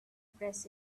press